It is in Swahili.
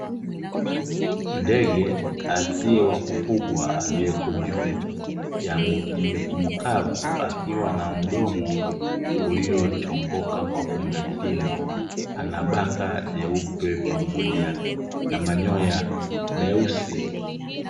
Ndege asiyewakufugwa aliyeko juu ya mti mkavu akiwa na mdomo uliochongoka kwa kwenda chini ana baka jeupe pamoja na manyoya meusi.